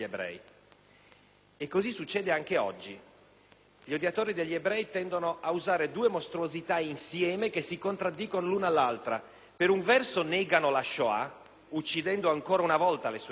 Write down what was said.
Così succede anche oggi. Gli odiatori degli ebrei tendono a usare due mostruosità insieme che si contraddicono a vicenda: per un verso negano la Shoah, uccidendo ancora una volta le sue vittime;